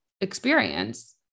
experience